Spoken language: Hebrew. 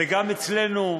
וגם אצלנו,